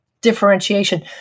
differentiation